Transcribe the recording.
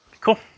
Cool